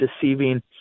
deceiving